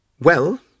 Well